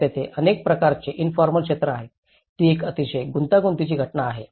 तर तेथे अनेक प्रकारची इन्फॉर्मल क्षेत्रे आहेत ही एक अतिशय गुंतागुंतीची घटना आहे